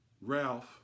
Ralph